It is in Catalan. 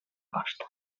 costa